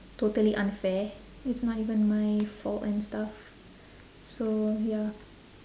totally unfair it's not even my fault and stuff so ya